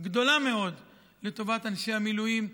גדולה מאוד לטובת אנשי המילואים,